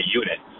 unit